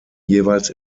jeweils